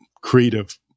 creative